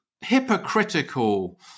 hypocritical